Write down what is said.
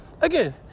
again